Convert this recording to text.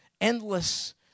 endless